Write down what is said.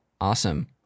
Awesome